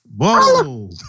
Whoa